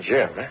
Jim